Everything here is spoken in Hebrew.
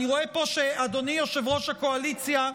אני רואה פה, אדוני יושב-ראש הקואליציה,